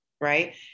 right